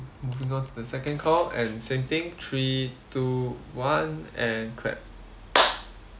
moving on to the second call and same thing three two one and clap